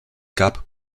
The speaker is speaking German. gab